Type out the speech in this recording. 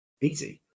easy